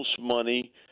money